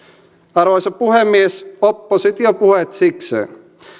arvoisa puhemies oppositiopuheet sikseen